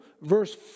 verse